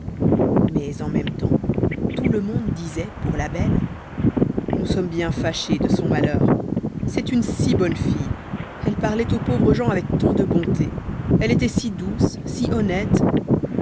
mais en même tems tout le monde disait pour la belle nous sommes bien fâchés de son malheur c'est une si bonne fille elle parlait aux pauvres gens avec tant de bonté elle était si douce si honnête